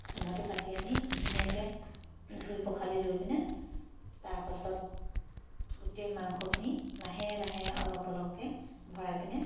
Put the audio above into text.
চুঙাটো কাটি আনি ধুনীয়াকৈ ধুই পখালি লৈ পিনে তাৰপাছত গোটেই মাংসখিনি লাহে লাহে অলপ অলপকৈ ভৰাই পেনে